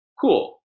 cool